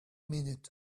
minute